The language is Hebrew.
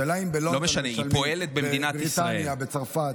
השאלה אם בלונדון משלמים, בבריטניה, בצרפת.